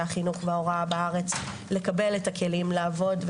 החינוך וההוראה בארץ לקבל את הכלים לעבוד,